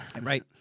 Right